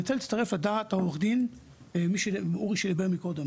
אני רוצה להצטרף לדעת אורי שדיבר קודם.